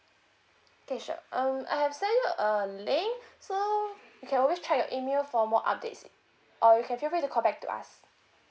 okay sure um I have send you a link so you can always check your email for more updates or you can feel free to call back to us